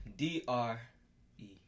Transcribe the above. D-R-E